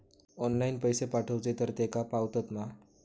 Online पैसे पाठवचे तर तेका पावतत मा?